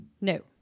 No